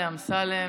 אמסלם,